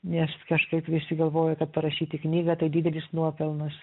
nes kažkaip visi galvoja kad parašyti knygą tai didelis nuopelnas